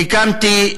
הקמתי,